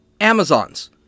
Amazons